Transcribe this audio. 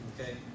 okay